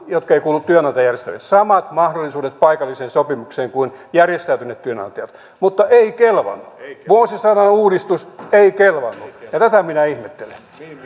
jotka eivät kuulu työnantajajärjestöihin olisivat saaneet samat mahdollisuudet paikalliseen sopimiseen kuin järjestäytyneet työnantajat mutta ei kelvannut vuosisadan uudistus ei kelvannut ja tätä minä ihmettelen vielä